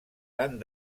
tant